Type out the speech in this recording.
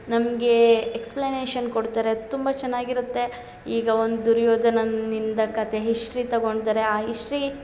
ನಮಗೆ ಎಕ್ಸ್ಪ್ಲನೇಷನ್ ಕೊಡ್ತಾರೆ ತುಂಬ ಚೆನ್ನಾಗಿರುತ್ತೆ ಈಗ ಒಂದು ದುರ್ಯೋಧನನಿಂದ ಕತೆ ಹಿಸ್ಟ್ರಿ ತಗೊಂದರೆ ಆ ಇಸ್ಟ್ರಿ